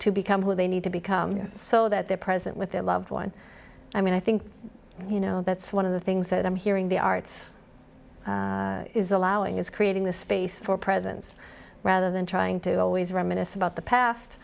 to become who they need to become so that they're present with their loved one i mean i think you know that's one of the things that i'm hearing the arts is allowing is creating the space for presence rather than trying to always reminisce about the past